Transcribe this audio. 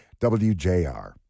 WJR